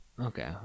Okay